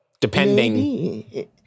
Depending